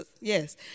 yes